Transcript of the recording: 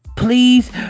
Please